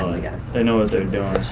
they know what they're doing.